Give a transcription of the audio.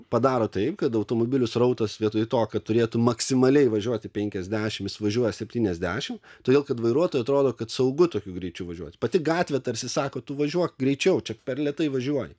padaro taip kad automobilių srautas vietoj to kad turėtų maksimaliai važiuoti penkiasdešimt jis važiuoja septyniasdešimt todėl kad vairuotojui atrodo kad saugu tokiu greičiu važiuoti pati gatvė tarsi sako tu važiuok greičiau čia per lėtai važiuoji